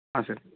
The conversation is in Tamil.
ஆ சார்